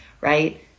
right